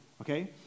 okay